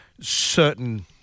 certain